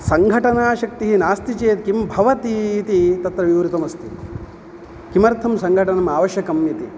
सङ्घटनाशक्तिः नास्ति चेत् किं भवति इति तत्र विवृतमस्ति किमर्थं सङ्घटनम् आवश्यकम् इति